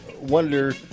wonder